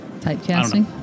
Typecasting